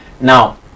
Now